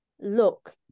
look